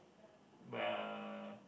uh